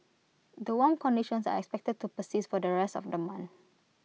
the warm conditions are expected to persist for the rest of the month